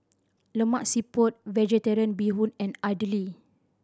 Lemak Siput Vegetarian Bee Hoon and idly